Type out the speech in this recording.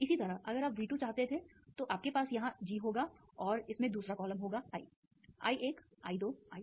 इसी तरह अगर आप V2 चाहते थे तो आपके पास यहां जी होगा और इसमें दूसरा कॉलम होगा I I1 I2 I3